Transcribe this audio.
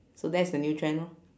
so that's a new trend lor